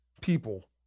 people